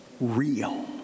real